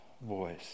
voice